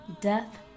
death